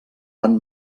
van